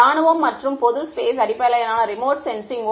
இராணுவம் மற்றும் பொது ஸ்பேஸ் அடிப்படையிலான ரிமோட் சென்சிங்